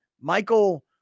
Michael